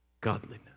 godliness